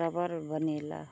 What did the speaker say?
रबड़ बनेला